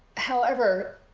however,